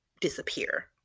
disappear